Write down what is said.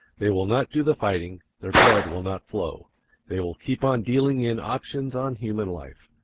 they will not do the fighting their blood will not flow they will keep on dealing in options on human life.